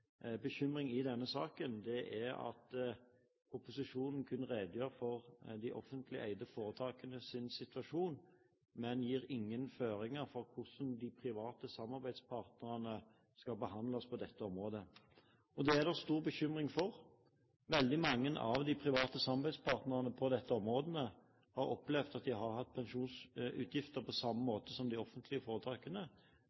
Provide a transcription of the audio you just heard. bekymring i denne saken, er at proposisjonen kun redegjør for de offentlig eide foretakenes situasjon, men gir ingen føringer for hvordan de private samarbeidspartnerne skal behandles på dette området. Det er det stor bekymring for. Veldig mange av de private samarbeidspartnerne på dette området har opplevd at de har hatt pensjonsutgifter på samme